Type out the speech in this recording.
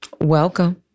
Welcome